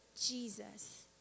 Jesus